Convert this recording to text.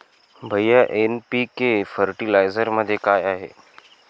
भैय्या एन.पी.के फर्टिलायझरमध्ये काय आहे?